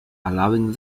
allowing